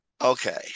Okay